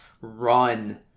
run